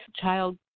child